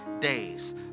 days